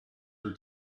her